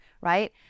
right